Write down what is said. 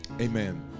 amen